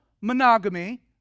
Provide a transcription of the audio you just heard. monogamy